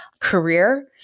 career